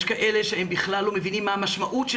יש כאלה שבכלל לא מבינים מה המשמעות של